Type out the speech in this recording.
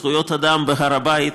זכויות אדם בהר-הבית.